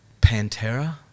Pantera